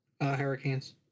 Hurricanes